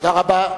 תודה רבה.